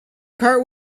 card